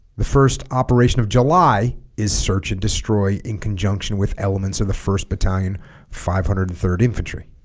the first operation of july is search and destroy in conjunction with elements of the first battalion five hundred and third infantry